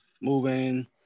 moving